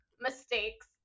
mistakes